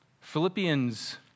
Philippians